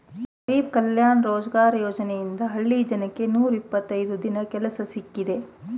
ಗರಿಬ್ ಕಲ್ಯಾಣ ರೋಜ್ಗಾರ್ ಯೋಜನೆಯಿಂದ ಹಳ್ಳಿ ಜನಕ್ಕೆ ನೂರ ಇಪ್ಪತ್ತೈದು ದಿನ ಕೂಲಿ ಕೆಲ್ಸ ಸಿಕ್ತಿದೆ